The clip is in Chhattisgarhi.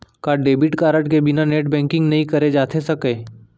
का डेबिट कारड के बिना नेट बैंकिंग नई करे जाथे सके?